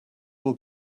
will